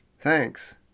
Thanks